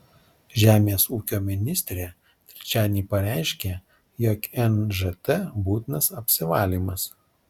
žemės ūkio ministrė trečiadienį pareiškė jog nžt būtinas apsivalymas